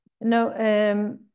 No